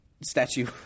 Statue